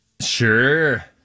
sure